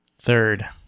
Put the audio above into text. Third